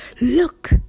Look